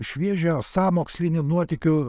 šviežią sąmokslininkų nuotykių